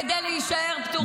כדי להישאר פתוחה.